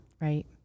Right